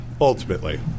ultimately